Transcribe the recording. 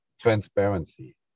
Transparency